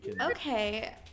Okay